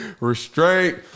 Restraint